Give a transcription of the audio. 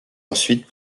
ensuite